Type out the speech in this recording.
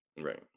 Right